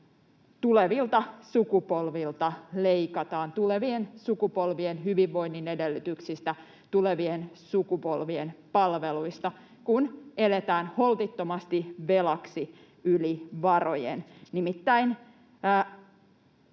tulevilta sukupolvilta leikataan, tulevien sukupolvien hyvinvoinnin edellytyksistä, tulevien sukupolvien palveluista, kun eletään holtittomasti velaksi yli varojen.